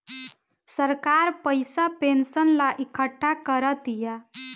सरकार पइसा पेंशन ला इकट्ठा करा तिया